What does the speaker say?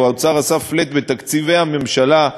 או האוצר עשה flat בתקציבי הממשלה,